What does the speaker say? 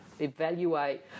evaluate